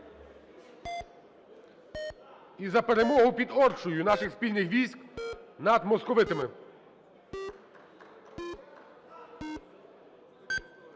І за перемогу під Оршею наших спільних військ над московитами.